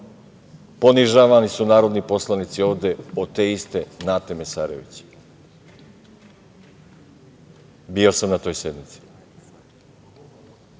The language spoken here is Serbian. Ponižavani su narodni poslanici ovde od te iste Nate Mesarović. Bio sam na toj sednici. Sada